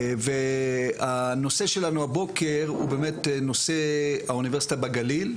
והנושא שלנו הבוקר הוא באמת נושא האוניברסיטה בגליל,